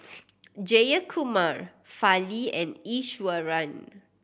Jayakumar Fali and Iswaran